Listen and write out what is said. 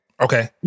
Okay